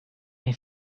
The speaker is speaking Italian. nei